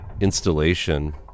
installation